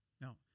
now